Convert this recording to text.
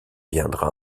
viendra